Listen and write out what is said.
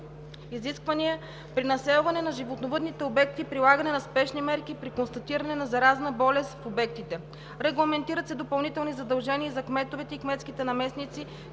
изисквания при населване на животновъдните обекти и прилагане на спешни мерки при констатиране на заразна болест в обектите. Регламентират се допълнителни задължения и за кметовете и кметските наместници,